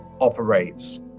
operates